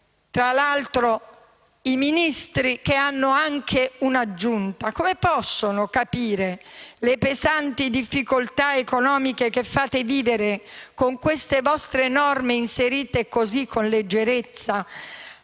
Tra l'altro i Ministri, che hanno anche un'aggiunta, come possono capire le pesanti difficoltà economiche che fanno vivere con queste norme inserite, con leggerezza